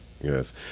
Yes